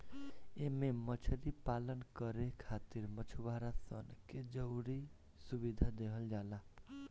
एमे मछरी पालन करे खातिर मछुआरा सन के जरुरी सुविधा देहल जाला